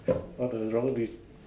all the wrong peo~